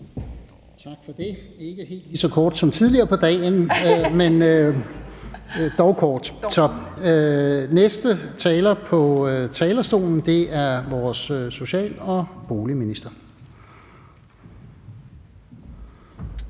Tak for det. Det blev ikke helt lige så kort som tidligere på dagen, men dog kort. Den næste taler på talerstolen er vores social- og boligminister.